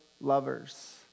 lovers